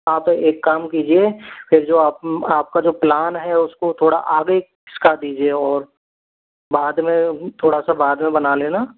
आप एक काम कीजिए ये जो आप आपका जो प्लान है उसको थोड़ा आगे खिसका दीजिए और बाद में थोड़ा सा बाद में बना लेना